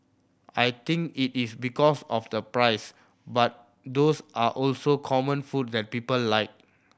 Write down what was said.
I think it is because of the price but those are also common food that people like